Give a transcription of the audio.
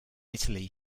italy